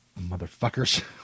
Motherfuckers